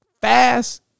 fast